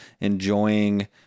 enjoying